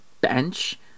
bench